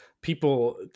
People